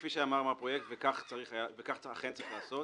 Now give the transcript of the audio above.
כפי שאמר גל פרויקט וכך גם אכן צריך לעשות,